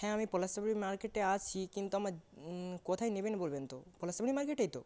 হ্যাঁ আমি পলাশচাবরি মার্কেটে আছি কিন্তু আমার কোথায় নেবেন বলবেন তো পলাশচাবরি মার্কেটেই তো